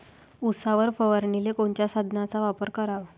उसावर फवारनीले कोनच्या साधनाचा वापर कराव?